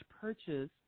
purchase